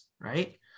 Right